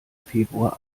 februar